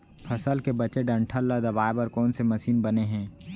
फसल के बचे डंठल ल दबाये बर कोन से मशीन बने हे?